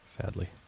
Sadly